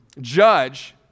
judge